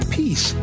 peace